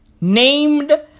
Named